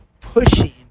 pushing